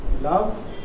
Love